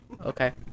Okay